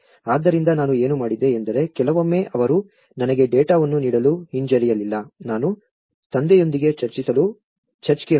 ಆದ್ದರಿಂದ ನಾನು ಏನು ಮಾಡಿದೆ ಎಂದರೆ ಕೆಲವೊಮ್ಮೆ ಅವರು ನನಗೆ ಡೇಟಾವನ್ನು ನೀಡಲು ಹಿಂಜರಿಯಲಿಲ್ಲ ನಾನು ತಂದೆಯೊಂದಿಗೆ ಚರ್ಚಿಸಲು ಚರ್ಚ್ಗೆ ಹೋದೆ